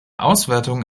auswertung